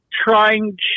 trying